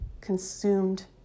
consumed